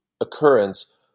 occurrence